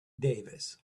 davis